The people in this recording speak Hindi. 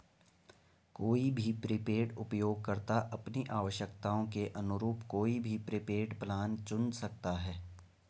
कोई भी प्रीपेड उपयोगकर्ता अपनी आवश्यकताओं के अनुरूप कोई भी प्रीपेड प्लान चुन सकता है